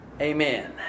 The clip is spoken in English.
Amen